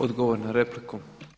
Odgovor na repliku.